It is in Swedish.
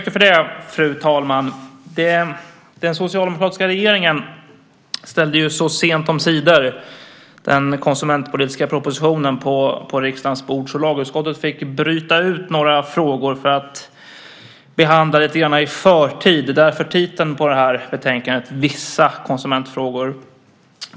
Fru talman! Den socialdemokratiska regeringen lade ju sent omsider den konsumentpolitiska propositionen på riksdagens bord, så lagutskottet fick bryta ut några frågor och behandla dem lite grann i förtid. Det är därför titeln på det här betänkandet är Vissa konsumentfrågor .